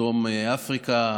דרום אפריקה,